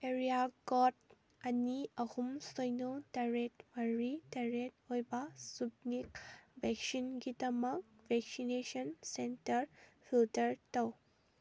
area code ꯑꯅꯤ ꯑꯍꯨꯝ ꯁꯤꯅꯣ ꯇꯔꯦꯠ ꯃꯔꯤ ꯇꯔꯦꯠ ꯑꯣꯏꯕ ꯁꯨꯞꯅꯤꯛ ꯚꯦꯛꯁꯤꯟꯒꯤꯗꯃꯛ ꯚꯦꯛꯁꯤꯟꯅꯦꯁꯟ ꯁꯦꯟꯇꯔ ꯐꯤꯜꯇꯔ ꯇꯧ